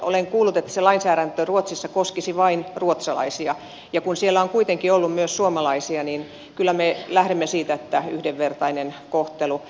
olen kuullut että se lainsäädäntö ruotsissa koskisi vain ruotsalaisia ja kun siellä on kuitenkin ollut myös suomalaisia niin kyllä me lähdemme siitä että on yhdenvertainen kohtelu